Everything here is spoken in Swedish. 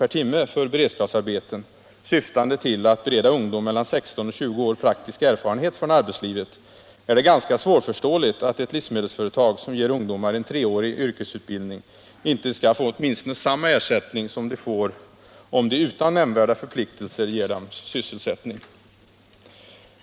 per timme för beredskapsarbeten, syftande till att bereda ungdom mellan 16 och 20 år praktisk erfarenhet från arbetslivet, är det ganska svårförståeligt att ett livsmedelsföretag som ger ungdomar en treårig yrkesutbildning inte skall få åtminstone samma ersättning som företagen får om de utan nämnvärda förpliktelser ger ungdomar sysselsättning.